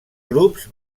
grups